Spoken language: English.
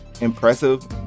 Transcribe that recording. impressive